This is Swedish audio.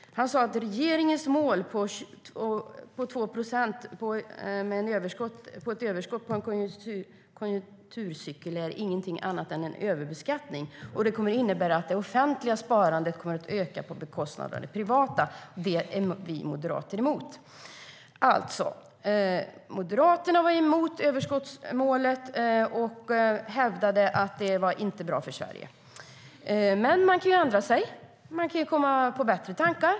Han sa att regeringens mål om ett överskott på 2 procent på en konjunkturcykel inte är något annat än en överbeskattning, att det kommer att innebära att det offentliga sparandet kommer att öka på bekostnad av det privata och att Moderaterna är emot det. Moderaterna var alltså emot överskottsmålet och hävdade att det inte var bra för Sverige. Men man kan ju ändra sig och komma på andra tankar.